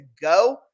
go